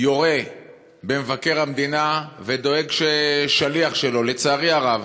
יורה במבקר המדינה ודואג ששליח שלו, לצערי הרב,